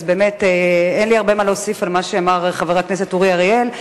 באמת אין לי הרבה מה להוסיף על מה שאמר חבר הכנסת אורי אריאל,